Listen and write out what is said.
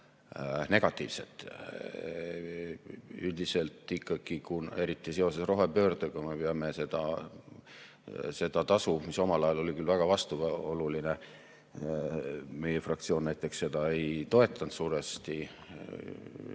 negatiivset. Üldiselt ikkagi, eriti seoses rohepöördega, me peame seda tasu [positiivseks]. See omal ajal oli küll väga vastuoluline – meie fraktsioon näiteks seda ei toetanud suuresti,